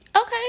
Okay